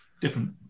different